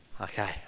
okay